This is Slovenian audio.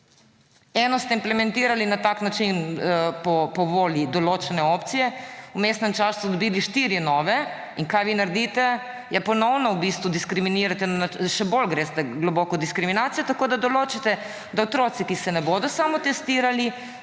Eno ste implementirali po volji določene opcije, v vmesnem času dobili štiri nove. In kaj vi naredite? Ponovno v bistvu diskriminirate, še bolj greste globoko v diskriminacijo tako, da določite, da se bodo otroci, ki se ne bodo samotestirali,